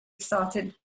started